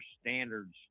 standards